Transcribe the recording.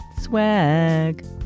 swag